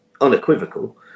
unequivocal